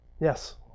Yes